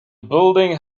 building